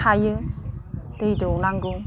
थायो दै दौनांगौ